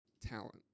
talent